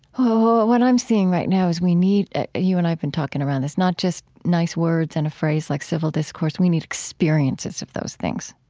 what i'm seeing right now is we need you and i have been talking around this, not just nice words and a phrase like civil discourse we need experiences of those things.